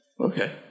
Okay